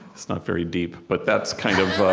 it's not very deep, but that's kind of